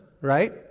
right